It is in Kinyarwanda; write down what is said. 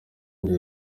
muri